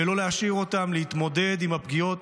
ולא להשאיר אותם להתמודד עם הפגיעות